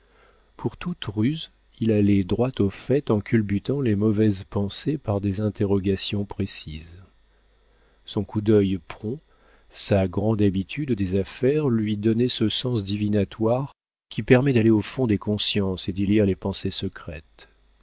pour toute ruse il allait droit au fait en culbutant les mauvaises pensées par des interrogations précises son coup d'œil prompt sa grande habitude des affaires lui donnaient ce sens divinatoire qui permet d'aller au fond des consciences et d'y lire les pensées secrètes